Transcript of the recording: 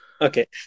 Okay